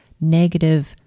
negative